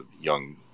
young